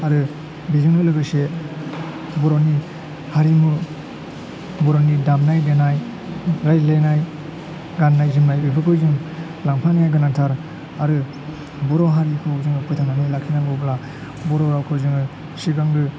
आरो बेजोंनो लोगोसे बर'नि हारिमु बर'नि दामनाय देनाय रायज्लायनाय गान्नाय जोमनाय बेफोरखौ जों लांफानाया गोनांथार आरो बर' हारिखौ जोङो फोथांनानै लाखिनांगौब्ला बर' रावखौ जोङो सिगांग्रो